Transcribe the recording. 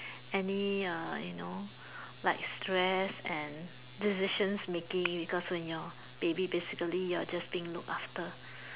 any uh you know like stress and decisions making because when your baby basically you are just being looked after